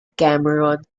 cameron